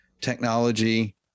technology